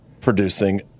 producing